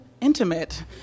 intimate